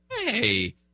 hey